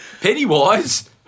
Pennywise